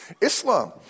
Islam